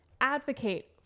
advocate